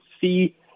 see